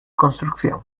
construcción